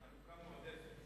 מועדפת.